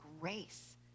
grace